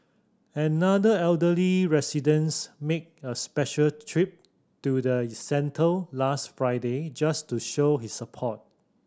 another elderly residence made a special trip to the centre last Friday just to show his support